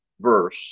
verse